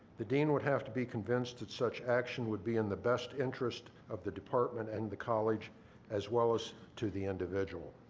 the dean would have to be convinced that such action would be in the best interest of the department and the college as well as to the individual.